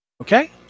Okay